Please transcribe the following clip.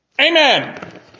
Amen